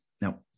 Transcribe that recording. Now